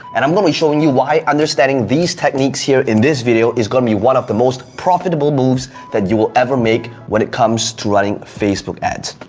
and i'm gonna be showing you why understanding these techniques here in this video is gonna be one of the most profitable moves that you will ever make when it comes to running facebook ads.